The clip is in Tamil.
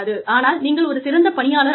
ஆனால் நீங்கள் ஒரு சிறந்த பணியாளர் ஆவீர்